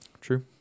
true